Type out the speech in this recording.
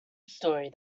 story